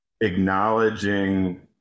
acknowledging